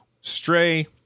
Stray